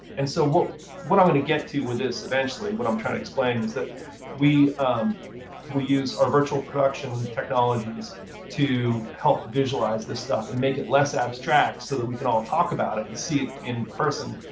and so what what i'm going to get to with this eventually, what i'm trying to explain is that we we use our virtual production technologies to help visualize this stuff and make it less abstract so that we can all talk about it, and see it in person,